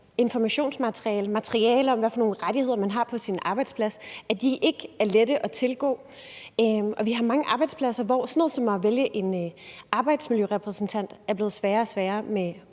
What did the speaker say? informationsmateriale, materiale om, hvad for nogle rettigheder man har på sin arbejdsplads, ikke er let at tilgå. Og vi har mange arbejdspladser, hvor sådan noget som at vælge en arbejdsmiljørepræsentant er blevet sværere og sværere med